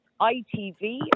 ITV